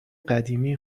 قدیمی